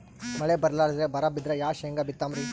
ಮಳಿ ಬರ್ಲಾದೆ ಬರಾ ಬಿದ್ರ ಯಾ ಶೇಂಗಾ ಬಿತ್ತಮ್ರೀ?